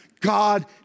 God